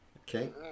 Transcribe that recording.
Okay